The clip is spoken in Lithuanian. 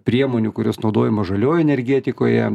priemonių kurios naudojamo žalioje energetikoje